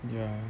yeah